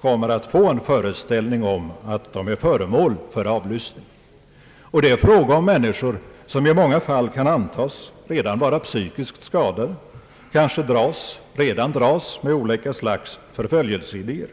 kommer att få den föreställningen att de är föremål för avlyssning. Och det är fråga om människor som i många fall kan antas redan vara psykiskt 'skadade, kanske redan dras med olika slag av förföljelseidéer.